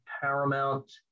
Paramount